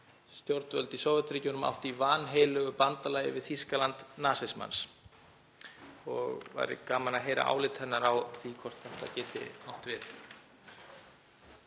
stjórnvöld í Sovétríkjunum átti í vanheilögu bandalagi við Þýskaland nasismans. Það væri gaman að heyra álit hennar á því hvort þetta geti átt við.